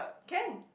can